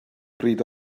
bryd